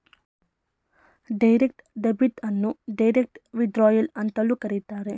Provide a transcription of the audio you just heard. direct debit ಅನ್ನು direct withdrawal ಅಂತಲೂ ಕರೆಯುತ್ತಾರೆ